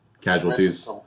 casualties